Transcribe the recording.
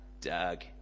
Doug